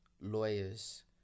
lawyers